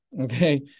Okay